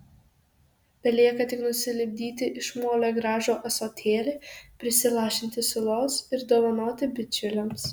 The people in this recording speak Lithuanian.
belieka tik nusilipdyti iš molio gražų ąsotėlį prisilašinti sulos ir dovanoti bičiuliams